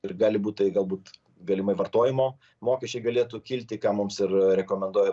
ir gali būt tai galbūt galimai vartojimo mokesčiai galėtų kilti ką mums ir rekomenduoja